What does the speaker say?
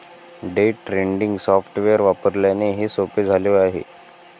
day trading software वापरल्याने हे सोपे झाले आहे